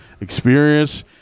experience